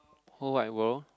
whole wide world